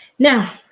Now